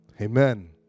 Amen